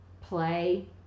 Play